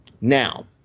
now